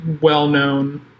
well-known